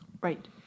Right